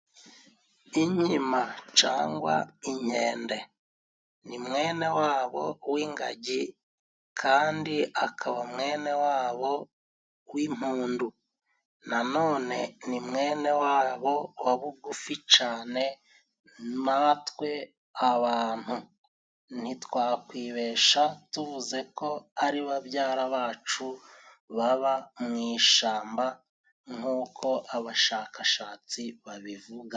Inkima cyangwa inkende, ni mwene wabo w'ingagi kandi akaba mwene wabo w'impundu, nanone ni mwene wabo wa bugufi cyane natwe abantu, ntitwakwibeshya tuvuze ko ari babyara bacu baba mu ishyamba nk'uko abashakashatsi babivuga.